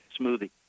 smoothie